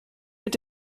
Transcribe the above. mit